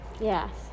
Yes